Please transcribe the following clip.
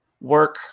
work